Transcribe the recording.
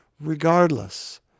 regardless